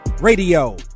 radio